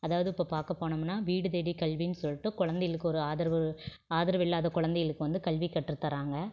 அதாவது இப்போ பார்க்க போனோம்னா வீடு தேடி கல்வின்னு சொல்லிட்டு குழந்தைகளுக்கு ஒரு ஆதரவு ஆதரவில்லாத குழந்தைகளுக்கு வந்து கல்வி கற்றுத்தராங்கள்